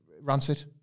Rancid